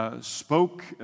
spoke